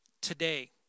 today